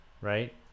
right